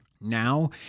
Now